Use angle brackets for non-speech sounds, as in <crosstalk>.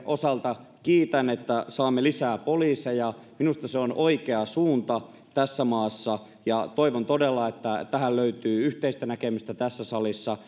osalta kiitän että saamme lisää poliiseja minusta se oikea suunta tässä maassa ja toivon todella että tähän löytyy yhteistä näkemystä tässä salissa <unintelligible>